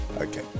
Okay